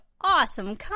awesome